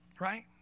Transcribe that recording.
Right